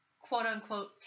quote-unquote